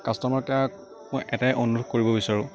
customer কেয়াৰক মই এটাই অনুৰোধ কৰিব বিচাৰোঁ